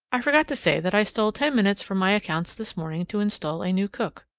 i forgot to say that i stole ten minutes from my accounts this morning to install a new cook.